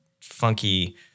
funky